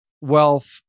wealth